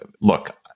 look